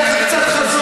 שיהיה לך קצת חזון.